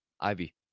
Ivy